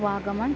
Vagamon